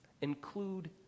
Include